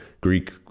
Greek